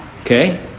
Okay